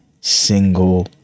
single